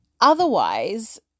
Otherwise